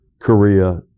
Korea